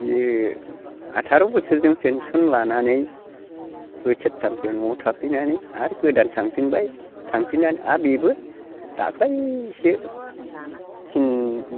बे आथार'बोसोरजों पेनसन लानानै बोसोरथामसो न'आव थाफैनानै आरो गोदान थांफिनबाय थांफिनानै आरो बेबो दाख्लैसो